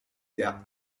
der